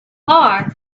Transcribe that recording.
far